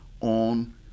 on